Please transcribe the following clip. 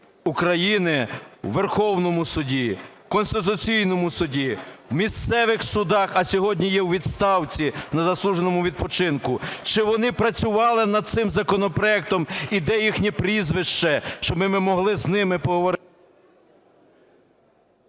України в Верховному Суді, в Конституційному Суді, в місцевих судах, а сьогодні є у відставці на заслуженому відпочинку. Чи вони працювали над цим законопроектом? І де їхні прізвище, щоби ми могли з ними...